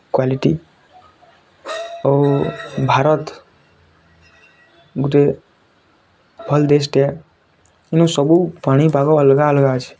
quality ଆଉ ଭାରତ ଗୋଟେ ଭଲ ଦେଶଟିଏ କିନୁ ସବୁ ପାଣିପାଗ ଅଲଗା ଅଲଗା ଅଛି